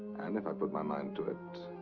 and if i put my mind to it.